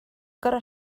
gorfod